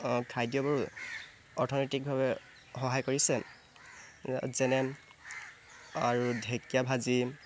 খাদ্যবোৰ অৰ্থনৈতিকভাৱে সহায় কৰিছে যেনে আৰু ঢেকীয়া ভাজি